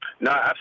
No